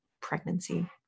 pregnancy